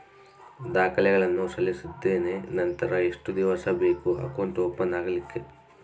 ದಾಖಲೆಗಳನ್ನು ಸಲ್ಲಿಸಿದ್ದೇನೆ ನಂತರ ಎಷ್ಟು ದಿವಸ ಬೇಕು ಅಕೌಂಟ್ ಓಪನ್ ಆಗಲಿಕ್ಕೆ?